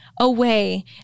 away